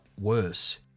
worse